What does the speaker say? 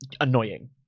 annoying